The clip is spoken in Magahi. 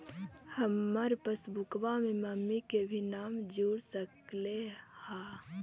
हमार पासबुकवा में मम्मी के भी नाम जुर सकलेहा?